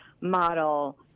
model